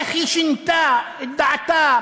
איך היא שינתה את דעתה,